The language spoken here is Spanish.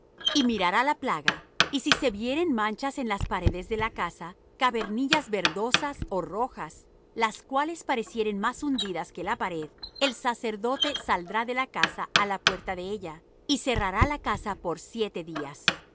y mirará la plaga y si se vieren manchas en las paredes de la casa cavernillas verdosas ó rojas las cuales parecieren más hundidas que la pared el sacerdote saldrá de la casa á la puerta de ella y cerrará la casa por siete días